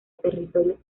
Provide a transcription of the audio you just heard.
territorio